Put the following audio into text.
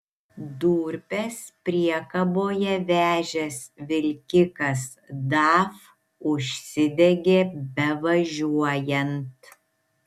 durpes priekaboje vežęs vilkikas daf užsidegė bevažiuojant